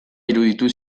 iruditu